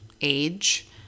age